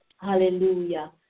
Hallelujah